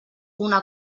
una